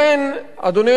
אדוני היושב-ראש,